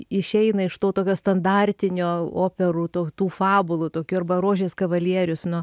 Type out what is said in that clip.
išeina iš to tokio standartinio operų tautų fabulų tokių arba rožės kavalierius nu